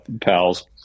pals